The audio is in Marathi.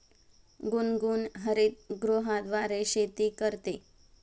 गुनगुन हरितगृहाद्वारे शेती करते